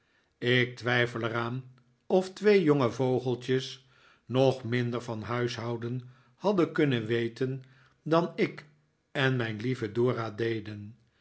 ik twijfel er aan of twee jonge vogeltjes nog minder van huishouden hadden kunnen weten dan ik en mijn lieve dora deden